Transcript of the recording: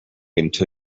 until